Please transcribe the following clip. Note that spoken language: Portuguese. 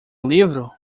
livro